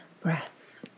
breath